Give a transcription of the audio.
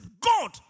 God